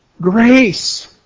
grace